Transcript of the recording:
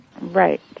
Right